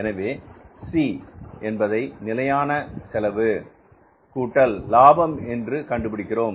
எனவே சி என்பதை நிலையான செலவு கூட்டல் லாபம் என்று கண்டுபிடிக்கிறோம்